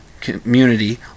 community